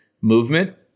movement